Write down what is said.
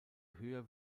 höher